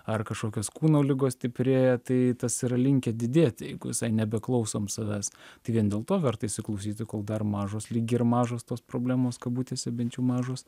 ar kažkokios kūno ligos stiprėja tai tas yra linkę didėti jeigu jisai nebeklausom savęs tai vien dėl to verta įsiklausyti kol dar mažos lyg ir mažos tos problemos kabutėse bent jau mažos